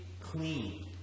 clean